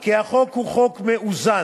כי החוק הוא חוק מאוזן,